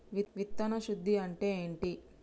విత్తన శుద్ధి అంటే ఏంటి?